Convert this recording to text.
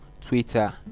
twitter